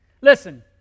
Listen